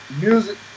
Music